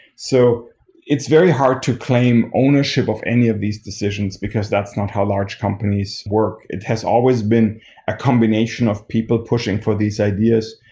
so it's very hard to claim ownership of any of these decisions, because that's not how large companies work. it has always been a combination of people pushing for these ideas.